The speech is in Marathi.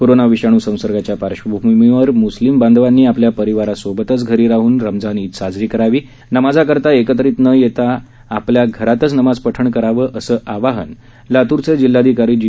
कोरोना विषाणू संसर्गाच्या पार्श्वभूमीवर म्स्लिम बांधवानी आपल्या परिवारासोबतच घरी राह्न रमजान ईद साजरी करावी नमाज करता एकत्रित न येता आपल्या घरातच नमाज पठण करावं असं आवाहन लात्रचे जिल्हाधिकारी जी